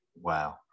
wow